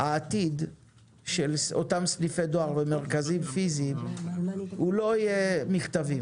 העתיד של אותם סניפי דואר ומרכזים פיזיים לא יהיה של מכתבים